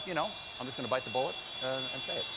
you know i'm just gonna bite the bullet and say,